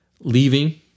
leaving